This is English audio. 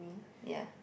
ya